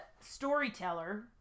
storyteller